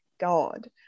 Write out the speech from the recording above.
God